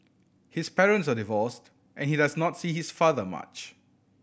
his parents are divorced and he does not see his father much